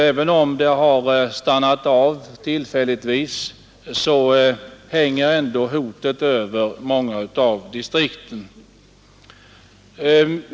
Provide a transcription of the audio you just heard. Även om detta hot stannat av tillfälligtvis, hänger det ändå över många av distrikten.